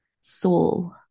Soul